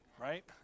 right